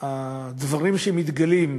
לנוכח הדברים שמתגלים,